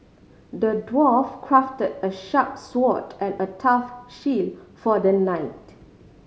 the dwarf crafted a sharp sword and a tough shield for the knight